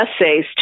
essays